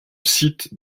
site